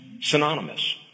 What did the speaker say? Synonymous